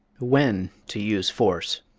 when to use force